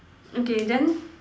okay then